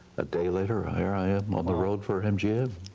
a day later here i am on the road for mgm.